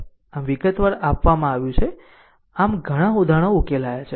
આમ વિગત આપવવામાં આવી છે આમ ઘણા ઉદાહરણો ઉકેલાયા છે